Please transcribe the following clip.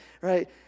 right